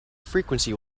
frequency